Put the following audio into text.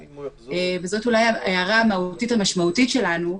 וזאת אולי ההערה המהותית המשמעותית שלנו,